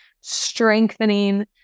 strengthening